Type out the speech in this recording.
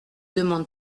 demande